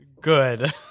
Good